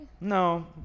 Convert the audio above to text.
No